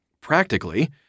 Practically